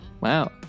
Wow